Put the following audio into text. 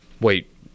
wait